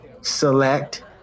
select